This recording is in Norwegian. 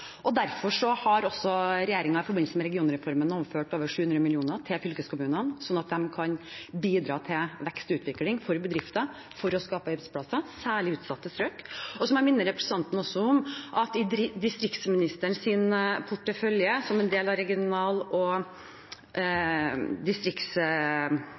Derfor har også regjeringen i forbindelse med regionreformen sørget for at fylkeskommunene har over 700 mill. kr som kan bidra til vekst og utvikling for bedrifter og til å skape arbeidsplasser, særlig i utsatte strøk. Så må jeg også minne representanten om at i distrikts- og digitaliseringsministerens portefølje, som en del av regional- og